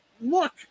look